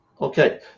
Okay